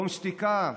דום שתיקה.